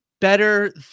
better